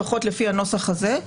לפחות לפי הנוסח הזה.